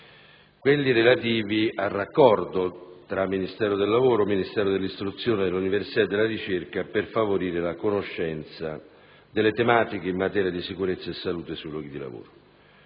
quelli relativi al raccordo tra Ministero del lavoro e della previdenza sociale e Ministero dell'istruzione, dell'università e della ricerca, per favorire la conoscenza delle tematiche in materia di sicurezza e salute sui luoghi di lavoro.